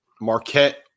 Marquette –